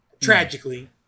Tragically